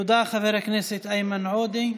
תודה, חבר הכנסת איימן עודה.